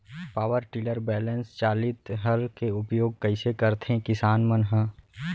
Power tiller बैलेंस चालित हल के उपयोग कइसे करथें किसान मन ह?